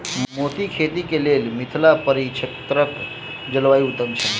मोतीक खेती केँ लेल मिथिला परिक्षेत्रक जलवायु उत्तम छै?